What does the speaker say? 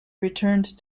returned